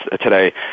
today